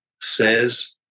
says